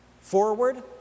Forward